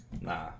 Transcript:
Nah